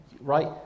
right